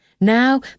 Now